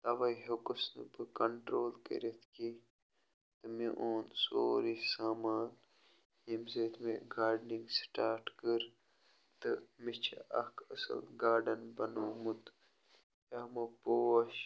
تَوَے ہیٚکُس نہٕ بہٕ کَنٹرول کٔرِتھ کیٚنٛہہ تہٕ مےٚ اوٚن سورُے سامان ییٚمہِ سۭتۍ مےٚ گارڈنِنٛگ سٹارٹ کٔر تہٕ مےٚ چھِ اَکھ اَصٕل گارڈَن بَنوومُت یِمو پوش